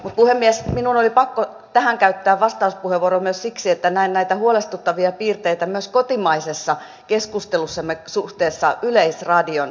mutta puhemies minun oli pakko tähän käyttää vastauspuheenvuoro myös siksi että näen näitä huolestuttavia piirteitä myös kotimaisessa keskustelussamme suhteessa yleisradion asemaan